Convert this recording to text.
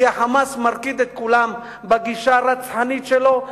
כי ה"חמאס" מרקיד את כולם בגישה הרצחנית שלו,